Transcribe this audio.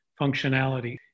functionality